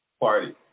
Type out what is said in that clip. Party